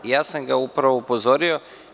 Ja sam ga upravo upozorio.